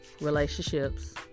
relationships